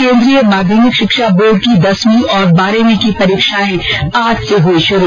केन्द्रीय माध्यमिक शिक्षा बोर्ड की दसवी और बारहवीं की परीक्षाएं आज से हुई शुरू